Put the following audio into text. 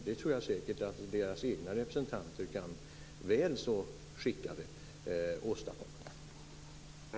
Det tror jag säkert att STIM:s egna representanter kan vara väl så skickade att åstadkomma.